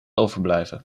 overblijven